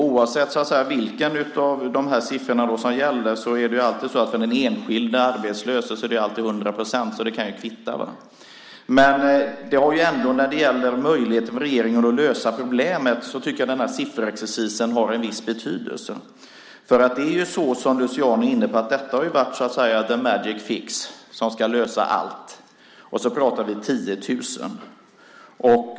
Oavsett vilken av de siffrorna som gäller så är det alltid för den enskilde arbetslöse hundra procent. Så det kan kvitta. När det gäller möjligheten för regeringen att lösa problemet tycker jag att sifferexercisen har en viss betydelse. Som Luciano är inne på har det här varit the magic fix som ska lösa allt. Och så pratar vi om 10 000.